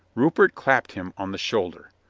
rupert clapped him on the shoulder.